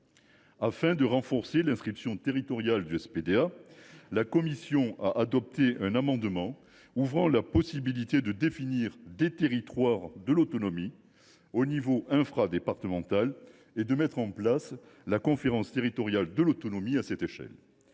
Afin de renforcer l’inscription territoriale du SPDA, la commission a adopté un amendement ouvrant la possibilité de définir des « territoires de l’autonomie » à l’échelon infradépartemental et de mettre en place la conférence territoriale de l’autonomie (CTA) à cette échelle.